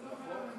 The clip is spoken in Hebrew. עשר דקות?